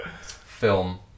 Film